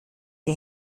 der